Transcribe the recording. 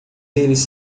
eles